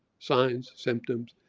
signs, symptoms.